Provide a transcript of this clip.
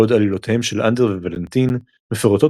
בעוד עלילותיהם של אנדר וולנטיין מפורטות